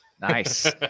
nice